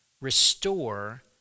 restore